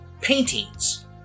paintings